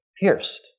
pierced